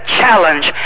challenge